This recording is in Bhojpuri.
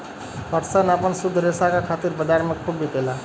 पटसन आपन शुद्ध रेसा क खातिर बजार में खूब बिकेला